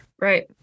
right